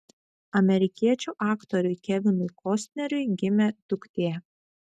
amerikiečių aktoriui kevinui kostneriui gimė duktė